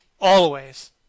Always